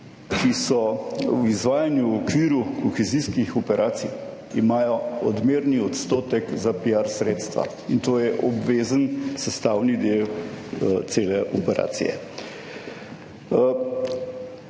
ki so v izvajanju v okviru kohezijskih operacij, imajo odmerni odstotek za piar sredstva in to je obvezen sestavni del cele operacije.